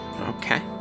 Okay